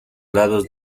lados